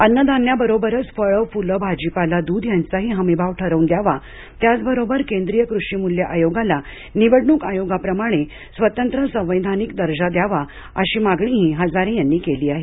अन्नधान्या बरोबरच फळं फुलं भाजीपाला दुध यांचाही हमीभाव ठरवून द्यावा त्याचबरोबर केंद्रीय कृषीमूल्य आयोगाला निवडणूक आयोगाप्रमाणे स्वतंत्र संवैधानिक दर्जा द्यावा अशी मागणीही हजारे यांनी केली आहे